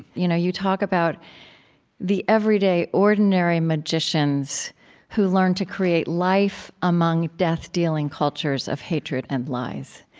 you know you talk about the everyday, ordinary magicians who learn to create life among death-dealing cultures of hatred and lies.